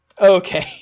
Okay